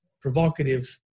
provocative